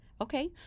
Okay